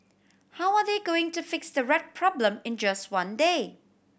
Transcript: how are they going to fix the rat problem in just one day